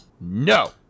No